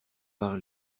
par